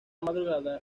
madrugada